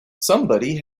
somebody